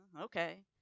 okay